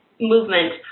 movement